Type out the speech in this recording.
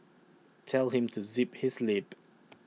tell him to zip his lip